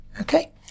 Okay